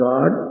God